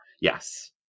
Yes